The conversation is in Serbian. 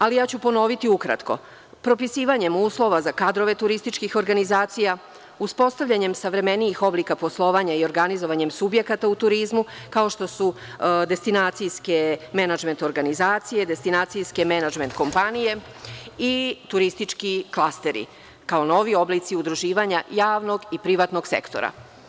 Ali, ja ću ponoviti ukratko: Propisivanjem uslova za kadrove turističkih organizacija, uspostavljanjem savremenijih oblika poslovanja i organizovanjem subjekata u turizmu, kao što su destinacijske menadžment organizacije, destinacijske menadžment kompanije i turistički klasteri, kao novi oblici udruživanja javnog i privatnog sektora.